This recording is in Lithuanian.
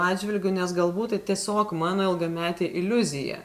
atžvilgiu nes galbūt tai tiesiog mano ilgametė iliuzija